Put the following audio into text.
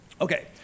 Okay